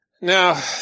Now